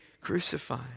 crucified